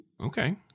Okay